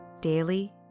daily